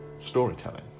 Storytelling